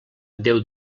déu